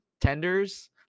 tenders